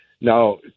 Now